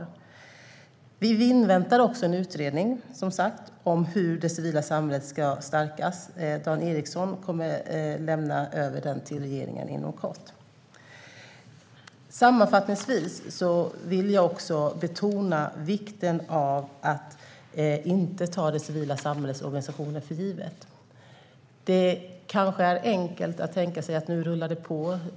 Vi inväntar som sagt en utredning om hur det civila samhället ska stärkas. Dan Ericsson kommer att lämna över utredningen till regeringen inom kort. Sammanfattningsvis vill jag betona vikten av att inte ta det civila samhällets organisationer för givna. Det kanske är enkelt att tänka sig att det rullar på.